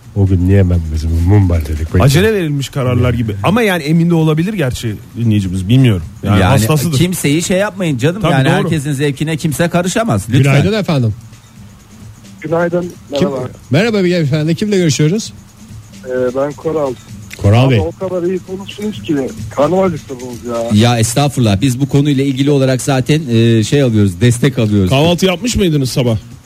O gün niye ben bizim Mumbai dedik peki? Acele verilmiş kararlar gibi. Ama yani emin de olabilir gerçi dinleyicimiz. Bilmiyorum. Yani Yani hastasıdır. kimseyi şey yapmayın canım. Tabii Yani doğru. herkesin zevkine kimse karışamaz. Lütfen. Günaydın efendim. Günaydın. Merhaba. Kim- Merhaba beyefendi. Kimle görüşüyoruz? Ee, ben Koral. Koral Ama Bey. o kadar iyi konuştunuz ki. Karnaval yakaladınız ya. Ya estağfurullah. Biz bu konuyla ilgili olarak zaten, e, şey alıyoruz, destek alıyoruz. Kahvaltı yapmış mıydınız sabah?